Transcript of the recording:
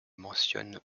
mentionne